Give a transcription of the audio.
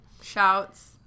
Shouts